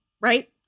right